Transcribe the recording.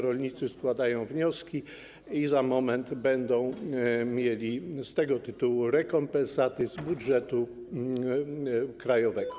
Rolnicy składają wnioski i za moment będą mieli z tego tytułu rekompensaty z budżetu krajowego.